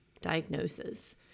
diagnosis